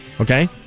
Okay